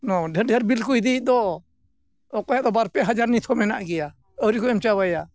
ᱱᱚᱸᱰᱮ ᱰᱷᱮᱨ ᱰᱷᱮᱨ ᱵᱤᱞ ᱠᱚ ᱤᱫᱤᱭᱮᱫ ᱫᱚ ᱚᱠᱚᱭᱟᱜ ᱫᱚ ᱵᱟᱨ ᱯᱮ ᱦᱟᱡᱟᱨ ᱱᱤᱛᱦᱚᱸ ᱢᱮᱱᱟᱜ ᱜᱮᱭᱟ ᱟᱹᱣᱨᱤ ᱠᱷᱚᱱᱮᱢ ᱪᱟᱵᱟᱭᱟ